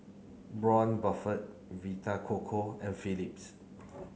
Braun Buffel Vita Coco and Phillips